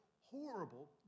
horrible